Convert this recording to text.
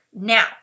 Now